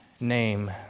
name